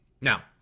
now